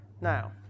Now